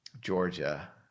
Georgia